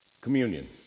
communion